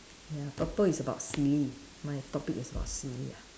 ya purple is about silly my topic is about silly lah